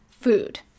food